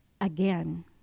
again